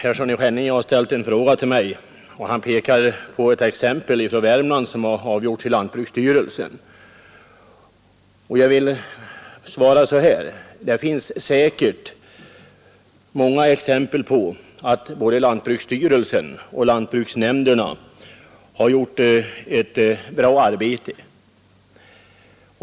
Fru talman! Herr Persson i Skänninge hänvisade till ett fall i Värmland som hade avgjorts av lantbruksstyrelsen. Det finns säkert många exempel på att både lantbruksstyrelsen och lantbruksnämnderna har gjort ett bra arbete.